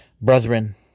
Brethren